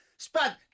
Spud